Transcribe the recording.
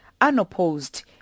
unopposed